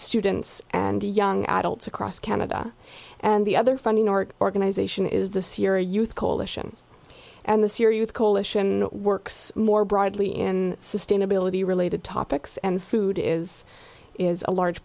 students and young adults across canada and the other funding our organization is this year youth coalition and this year you the coalition works more broadly in sustainability related topics and food is is a large